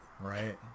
Right